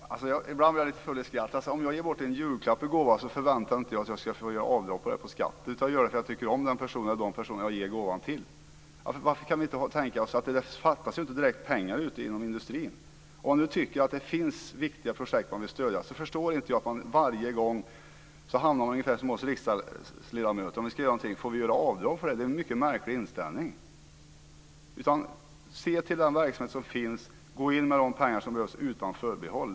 Fru talman! Ibland blir jag lite full i skratt! Om jag ger bort en julklapp i gåva förväntar jag mig inte att få göra avdrag för det på skatten. Jag gör det för att jag tycker om den personen eller de personer jag ger gåvan till. Det fattas inte direkt pengar i industrin. Om vi tycker att det finns viktiga projekt att stödja, förstår jag inte att det varje gång ska göras avdrag - ungefär som för oss riksdagsledamöter varje gång vi gör något. Det är en märklig inställning. Se till den verksamhet som finns. Gå in med de pengar som behövs utan förbehåll.